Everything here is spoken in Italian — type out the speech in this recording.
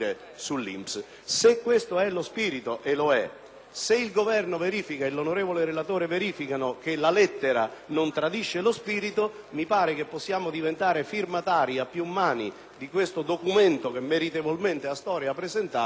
se il Governo e l'onorevole relatore verificano che la lettera non tradisce lo spirito, mi pare che possiamo diventare firmatari a più mani di questo documento che meritoriamente il senatore Astore ha presentato e approvarlo non come un rituale